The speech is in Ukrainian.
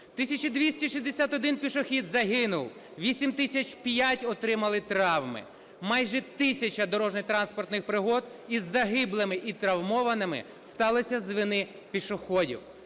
261 пішохід загинув, 8 тисяч 5 отримали травми. Майже тисяча дорожньо-транспортних пригод із загиблими і травмованими сталося з вини пішоходів.